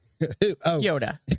Yoda